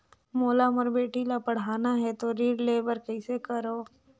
मोला मोर बेटी ला पढ़ाना है तो ऋण ले बर कइसे करो